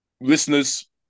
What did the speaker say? Listeners